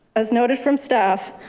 as noted from staff,